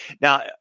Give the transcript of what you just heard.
now